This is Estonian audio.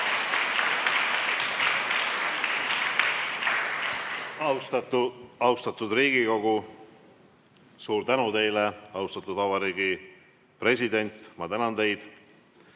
Austatud Riigikogu, suur tänu teile! Austatud Eesti Vabariigi president, ma tänan teid!